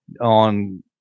on